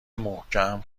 محکم